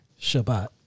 Shabbat